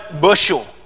bushel